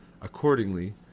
Accordingly